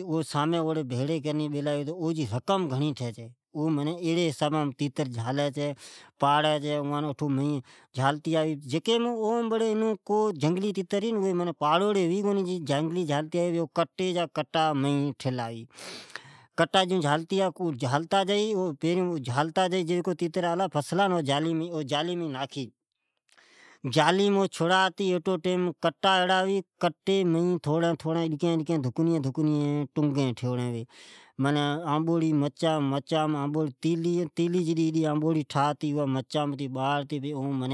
تو جڈ اھی تئتر بیچی چھے ،جڈ جھنگامین جھالی اوی چھے تو کٹان جی کٹےاوی جالی مین ناکھیاوم کٹے مین اڈکی اڈکی ٹنگین ٹھوھڑی ھون